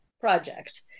project